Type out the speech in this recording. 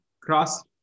cross